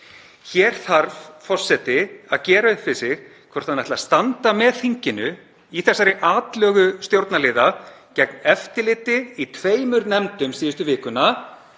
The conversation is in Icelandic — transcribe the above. Hér þarf forseti að gera upp við sig hvort hann ætlar að standa með þinginu í þessari atlögu stjórnarliða gegn eftirliti í tveimur nefndum síðustu vikuna,